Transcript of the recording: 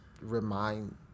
remind